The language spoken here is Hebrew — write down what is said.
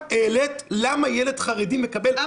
העלית למה ילד חרדי מקבל חצי מילד ---?